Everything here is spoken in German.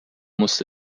musste